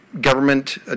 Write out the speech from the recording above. government